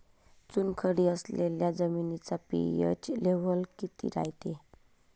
चुनखडी असलेल्या जमिनीचा पी.एच लेव्हल किती रायते?